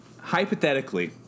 Hypothetically